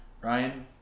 Ryan